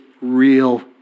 real